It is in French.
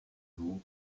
vous